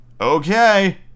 okay